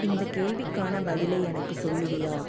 இந்த கேள்விக்கான பதிலை எனக்கு சொல்லுவியா